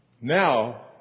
now